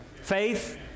Faith